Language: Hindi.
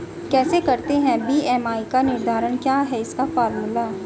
कैसे करते हैं बी.एम.आई का निर्धारण क्या है इसका फॉर्मूला?